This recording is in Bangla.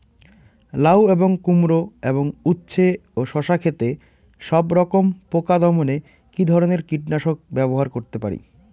লাউ এবং কুমড়ো এবং উচ্ছে ও শসা ক্ষেতে সবরকম পোকা দমনে কী ধরনের কীটনাশক ব্যবহার করতে পারি?